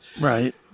Right